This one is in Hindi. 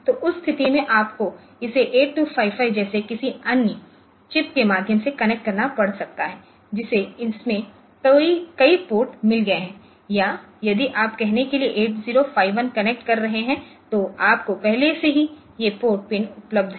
तो उस स्थिति में आपको इसे 8255 जैसी किसी अन्य चिप के माध्यम से कनेक्ट करना पड़ सकता है जिसे इसमें कई पोर्ट मिल गए हैं या यदि आप कहने के लिए 8051 कनेक्ट कर रहे हैं तो आपको पहले से ही ये पोर्ट पिन उपलब्ध हैं